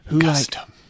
custom